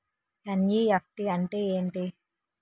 NEFT అంటే ఎంటి?